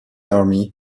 army